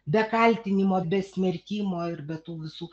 be kaltinimo be smerkimo ir be tų visų